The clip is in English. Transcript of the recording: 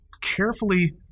carefully